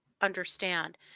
understand